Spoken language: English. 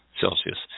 Celsius